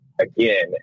again